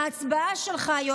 ההצבעה שלך נגד,